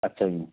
अच्छा जी